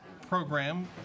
program